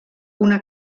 una